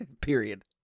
period